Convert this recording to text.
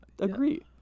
agree